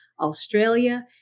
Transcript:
Australia